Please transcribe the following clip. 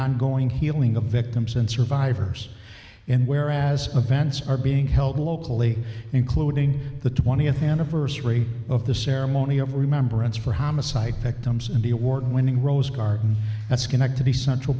ongoing healing of victims and survivors and where as events are being held locally including the twentieth anniversary of the ceremony of remembrance for homicide victims and the award winning rose garden at schenectady central